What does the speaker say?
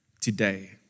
today